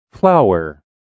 Flower